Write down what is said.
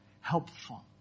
helpful